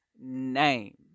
name